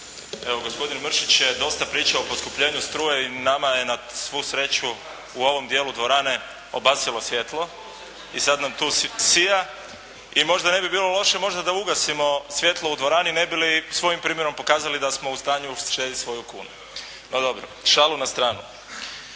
Evo gospodin Mršić je dosta pričao o poskupljenju struje i nama je na svu sreću u ovom dijelu dvorane obasjalo svjetlo i sada nam tu sija i možda ne bi bilo loše možda da ugasimo svjetlo u dvorani ne bi li svojim primjerom pokazali da smo u stanju uštediti svoju kunu, no dobro šalu na stranu.